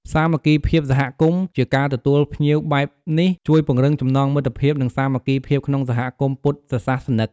វាបង្កើតបរិយាកាសកក់ក្តៅ និងការយកចិត្តទុកដាក់គ្នាទៅវិញទៅមក ដែលជាមូលដ្ឋានគ្រឹះនៃសន្តិភាព និងភាពសុខដុមរមនាក្នុងសង្គម។